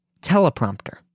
teleprompter